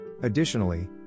Additionally